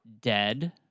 dead